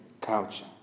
culture